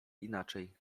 inaczej